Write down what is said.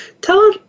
tell